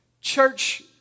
church